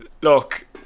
Look